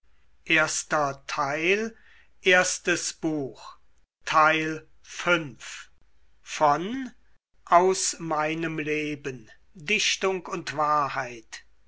goethe aus meinem leben dichtung und wahrheit